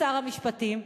שר המשפטים,